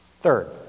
Third